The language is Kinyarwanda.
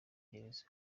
gereza